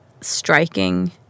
striking